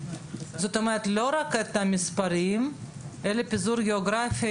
לא רק את המספרים אלא פיזור גיאוגרפי,